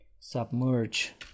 Submerge